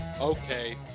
okay